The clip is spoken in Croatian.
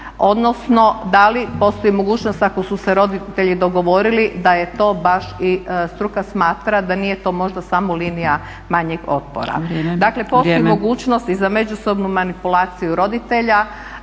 odnosno da li postoji mogućnost ako su se roditelji dogovorili da je to baš, i struka smatra da nije to možda samo linija manjeg otpora? Dakle postoji mogućnost i za međusobnu manipulaciju roditelja,